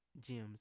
gems